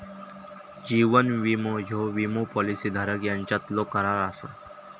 जीवन विमो ह्यो विमो पॉलिसी धारक यांच्यातलो करार असा